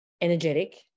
energetic